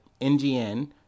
NGN